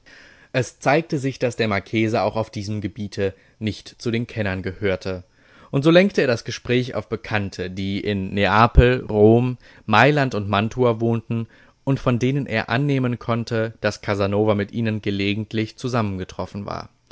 es zeigte sich daß der marchese auch auf diesem gebiete nicht zu den kennern gehörte und so lenkte er das gespräch auf bekannte die in neapel rom mailand und mantua wohnten und von denen er annehmen konnte daß casanova mit ihnen gelegentlich zusammengetroffen war